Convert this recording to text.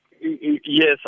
Yes